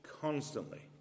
constantly